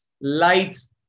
Lights